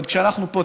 עוד כשאנחנו פה,